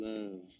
Love